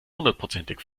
hundertprozentig